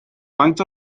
faint